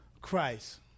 Christ